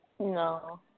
No